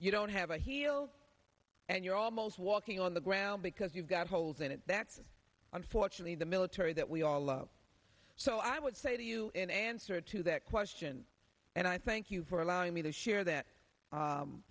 you don't have a heel and you're almost walking on the ground because you've got holes in it that's unfortunately the military that we all love so i would say to you in answer to that question and i thank you for allowing me to share that